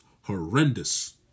horrendous